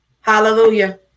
Hallelujah